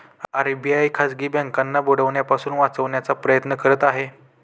RBI खाजगी बँकांना बुडण्यापासून वाचवण्याचा प्रयत्न करत आहे